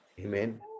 Amen